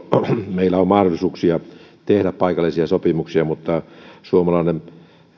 meillä on mahdollisuuksia tehdä paikallisia sopimuksia mutta suomalainen